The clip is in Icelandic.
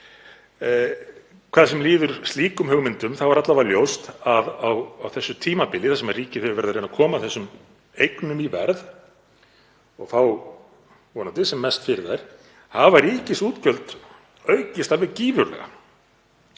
Hvað sem líður slíkum hugmyndum þá er alla vega ljóst að á þessu tímabili, þar sem ríkið hefur verið að reyna að koma þessum eignum í verð og fá vonandi sem mest fyrir þær, hafa ríkisútgjöld aukist alveg gífurlega.